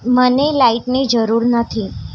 મને લાઈટની જરૂર નથી